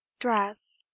dress